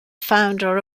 founder